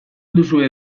duzue